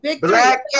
Black